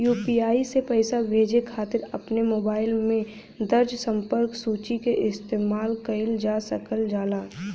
UPI से पइसा भेजे खातिर अपने मोबाइल में दर्ज़ संपर्क सूची क इस्तेमाल कइल जा सकल जाला